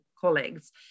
colleagues